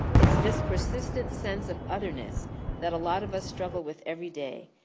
it's this persistent sense of otherness that a lot of us struggle with everyday.